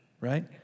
right